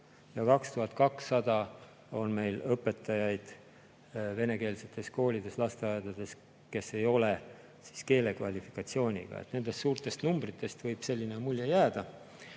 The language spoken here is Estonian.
Ja 2200 on meil selliseid õpetajaid venekeelsetes koolides ja lasteaedades, kes ei ole keelekvalifikatsiooniga. Nendest suurtest numbritest võib selline mulje jääda. Nüüd